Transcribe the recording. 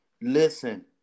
Listen